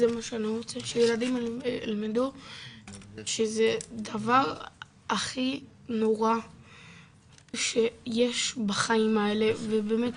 זה מה שאני רוצה שילדים ילמדו שזה דבר הכי נורא שיש בחיים האלה ובאמת